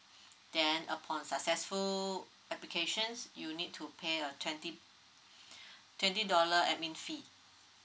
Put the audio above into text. then upon successful application s~ you'll need to pay a twenty twenty dollar admin fee